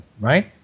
right